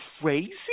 crazy